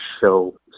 show